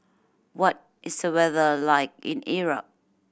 what is the weather like in Iraq